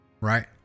Right